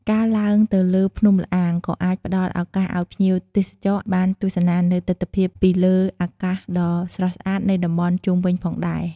ការឡើងទៅលើ ភ្នំល្អាង ក៏អាចផ្តល់ឱកាសឱ្យភ្ញៀវទេសចរបានទស្សនានូវទិដ្ឋភាពពីលើអាកាសដ៏ស្រស់ស្អាតនៃតំបន់ជុំវិញផងដែរ។